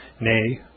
nay